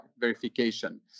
verification